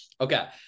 okay